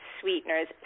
sweeteners